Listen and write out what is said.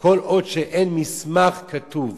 כל עוד אין מסמך כתוב